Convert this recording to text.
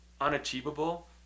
unachievable